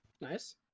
Nice